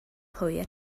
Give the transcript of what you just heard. hwyr